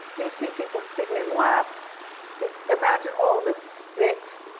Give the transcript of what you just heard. you see people sitting in laps imagine all the spit,